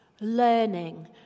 learning